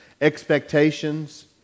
expectations